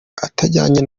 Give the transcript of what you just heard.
atajyanye